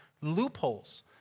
loopholes